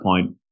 point